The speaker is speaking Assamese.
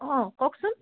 অঁ কওকচোন